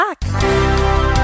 back